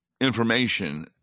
information